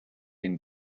den